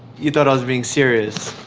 you thought i was being serious.